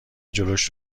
جلوش